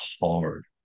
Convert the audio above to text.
hard